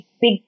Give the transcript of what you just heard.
big